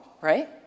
right